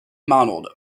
modelled